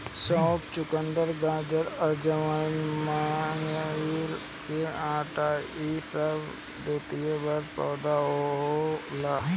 सौंफ, चुकंदर, गाजर, अजवाइन, मकई के आटा इ सब द्विवर्षी पौधा होला